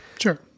sure